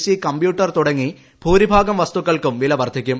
C computer തുടങ്ങി ഭൂരിഭാഗം വസ്തുക്കൾക്കും വില വർദ്ധിക്കും